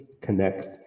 connects